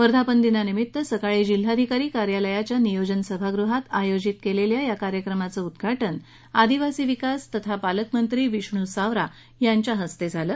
वर्धापन दिनानिमित्त सकाळी जिल्हाधिकारी कार्यालयाच्या नियोजन सभागृहात आयोजित केलेल्या या कार्यक्रमाचं उद्घाटन आदिवासी विकास तथा पालकमंत्री विष्णू सवरा यांच्या हस्ते झालं